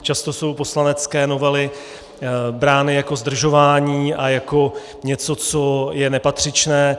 Často jsou poslanecké novely brány jako zdržování a jako něco, co je nepatřičné.